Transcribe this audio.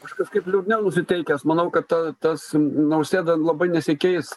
aš kažkaip liūdniau nusiteikęs manau kad tas nausėda labai nesikeis